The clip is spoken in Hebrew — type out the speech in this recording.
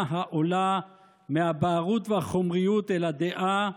העולה מהבערות והחומריות אל הדעה,